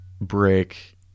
break